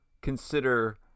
consider